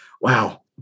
wow